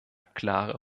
klare